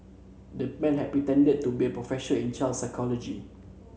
the man had pretended to be a professor in child psychology